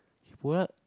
what